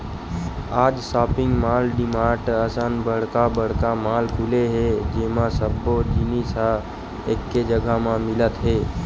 आज shopping mall, DMart असन बड़का बड़का मॉल खुले हे जेमा सब्बो जिनिस ह एके जघा म मिलत हे